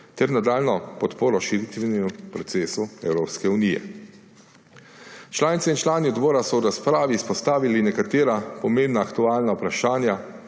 ter nadaljnjo podporo širitvenemu procesu Evropske unije. Članice in člani odbora so v razpravi izpostavili nekatera pomembna aktualna vprašanja